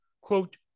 quote